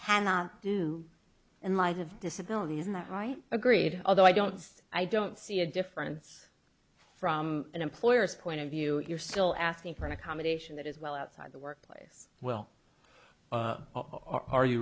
cannot do in light of disability isn't that right agreed although i don't i don't see a difference from an employer's point of view if you're still asking for an accommodation that is well outside the workplace well are you